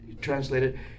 translated